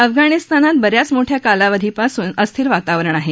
अफगाणिस्तानात बऱ्याच मोठ्या कालावधिपासून अस्थिर वातावरण आहे